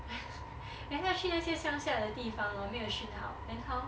then actually 那些乡下的地方 hor 没有讯号 then how